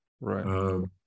right